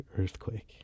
earthquake